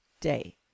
day